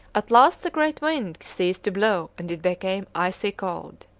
at last the great wind ceased to blow and it became icy cold.